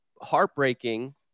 heartbreaking